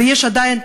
ויש עדיין,